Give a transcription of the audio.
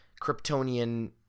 Kryptonian